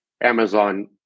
Amazon